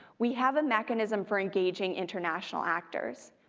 we have a mechanism for engaging international actors.